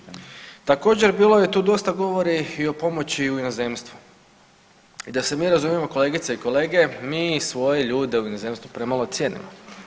Također bilo je tu dosta govora i o pomoći u inozemstvu i da se mi razumijemo kolegice i kolege mi svoje ljude u inozemstvu premalo cijenimo.